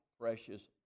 precious